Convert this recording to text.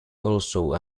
also